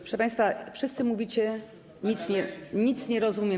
Proszę państwa, wszyscy mówicie, nic nie rozumiem.